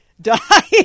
die